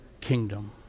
kingdom